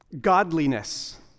godliness